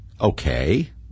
Okay